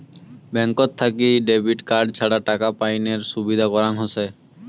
ব্যাঙ্কত থাকি debit card ছাড়া টাকা পাইনের সুবিধা করাং হসে